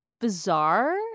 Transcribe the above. bizarre